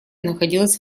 находилась